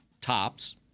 tops